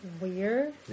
weird